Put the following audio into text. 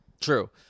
true